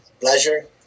pleasure